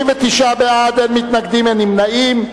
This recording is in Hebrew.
39 בעד, אין מתנגדים, אין נמנעים.